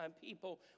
people